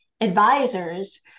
advisors